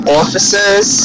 officers